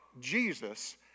Jesus